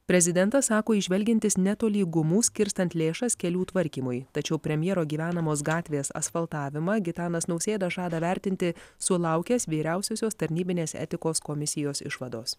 prezidentas sako įžvelgiantis netolygumų skirstant lėšas kelių tvarkymui tačiau premjero gyvenamos gatvės asfaltavimą gitanas nausėda žada vertinti sulaukęs vyriausiosios tarnybinės etikos komisijos išvados